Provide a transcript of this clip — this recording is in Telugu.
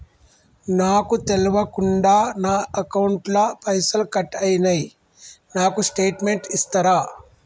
నాకు తెల్వకుండా నా అకౌంట్ ల పైసల్ కట్ అయినై నాకు స్టేటుమెంట్ ఇస్తరా?